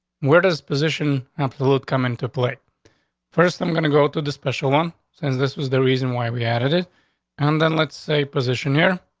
where does position absolute come into play first? i'm going to go to the special one says this was the reason why we added it and then let's a position here.